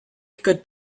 could